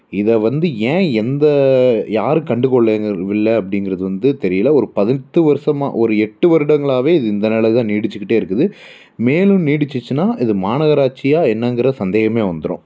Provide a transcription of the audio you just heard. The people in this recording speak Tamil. இதை வந்து ஏன் எந்த யாரும் கண்டுக்கொள்ளங்கவில்லை அப்படிங்கிறது வந்து தெரியல ஒரு பதினெட்டு வருஷமாக ஒரு எட்டு வருடங்களாகவே இது இந்த நிலையில் தான் நீடிச்சுக்கிட்டே இருக்குது மேலும் நீடிச்சுச்சுன்னா இது மாநகராட்சியா என்னங்கிற சந்தேகமே வந்துரும்